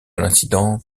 l’incident